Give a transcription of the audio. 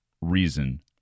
reason